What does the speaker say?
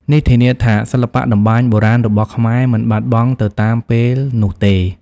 នេះធានាថាសិល្បៈតម្បាញបុរាណរបស់ខ្មែរមិនបាត់បង់ទៅតាមពេលនោះទេ។